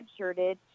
redshirted